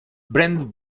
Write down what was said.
brent